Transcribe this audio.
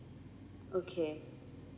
okay